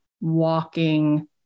walking